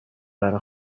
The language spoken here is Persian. برا